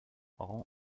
rend